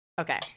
okay